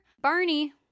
Barney